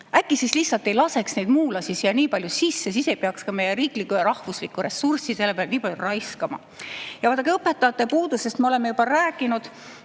Äkki lihtsalt ei laseks muulasi siia nii palju sisse. Siis ei peaks ka meie riiklikku ja rahvuslikku ressurssi selle peale nii palju raiskama. Vaadake, õpetajate puudusest me oleme juba rääkinud.